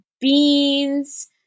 beans